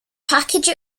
package